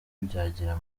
byagera